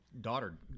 daughter